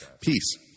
Peace